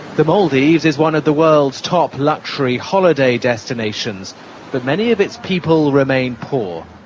the maldives is one of the world's top luxury holiday destinations but many of its people remain poor.